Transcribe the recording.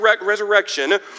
resurrection